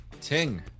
ting